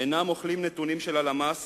אינם אוכלים נתונים של הלמ"ס